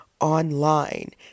online